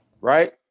Right